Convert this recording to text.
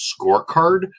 scorecard